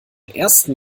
ersten